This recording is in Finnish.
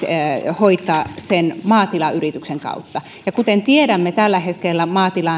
hoitaa sen maatilayrityksen kautta ja kun tiedämme tällä hetkellä